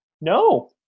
No